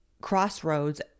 crossroads